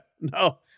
No